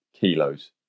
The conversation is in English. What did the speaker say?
kilos